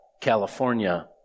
California